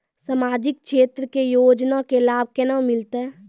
समाजिक क्षेत्र के योजना के लाभ केना मिलतै?